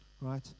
right